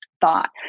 thought